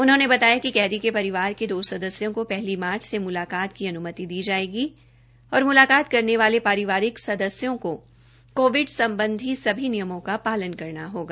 उन्होंने बताया कि कैदी के परिवार के दो सदस्यों को पहली मार्च से म्लाकात की अन्मति दी जायेगी और म्लकात करने वाले पारिवारिक सदस्यों को कोविड सम्बधी सभी निममों का पालन करना होगा